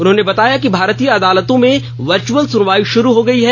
उन्होंने बताया कि भारतीय अदालतों में वर्चुअल सुनवाई शुरू हो गई है